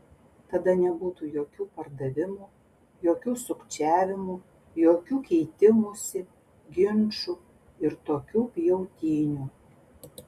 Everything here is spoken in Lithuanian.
tada nebūtų jokių pardavimų jokių sukčiavimų jokių keitimųsi ginčų ir tokių pjautynių